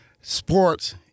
sports